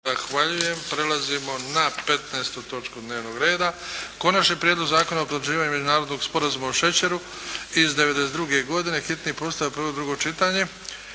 (HDZ)** Prelazimo na 15. točku dnevnog reda. - Konačni prijedlog zakona o potvrđivanju Međunarodnog sporazuma o šećeru iz 1992. godine, hitni postupak, prvo i drugo čitanje,